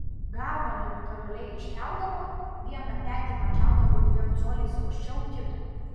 galvą nenatūraliai iškeldavo vieną petį pakeldavo dviem coliais aukščiau kito